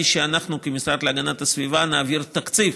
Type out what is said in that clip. שאנחנו כמשרד להגנת הסביבה נעביר תקציב